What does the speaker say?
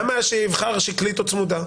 שיבחר שקלית או צמודה?